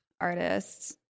Artists